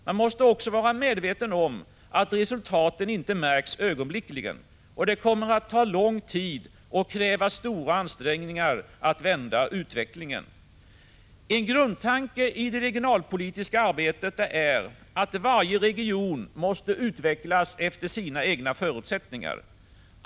Man måste också vara medveten om att resultaten inte märks ögonblickligen. Det kommer att ta lång tid och kräva stora ansträngningar att vända utvecklingen. En grundtanke i det regionalpolitiska arbetet är att varje region måste utvecklas efter sina egna förutsättningar.